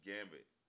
Gambit